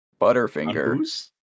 Butterfinger